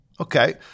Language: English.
Okay